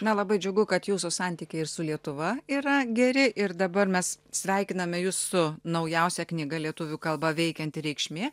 na labai džiugu kad jūsų santykiai ir su lietuva yra geri ir dabar mes sveikiname jus su naujausia knyga lietuvių kalba veikianti reikšmė